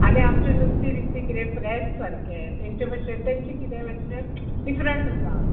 आनी आमचें नुस्तें नुस्तें कितें फ्रेश सारकें तेंचे मातशें तेंचें किदें मातशें डिफरंट आसा